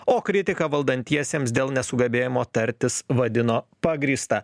o kritiką valdantiesiems dėl nesugebėjimo tartis vadino pagrįsta